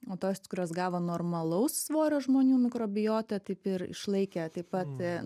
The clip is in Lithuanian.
o tos kurios gavo normalaus svorio žmonių mikrobiotą taip ir išlaikė taip pat